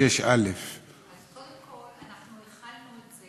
אבל כדי שאשלים את התמונה לעצמי,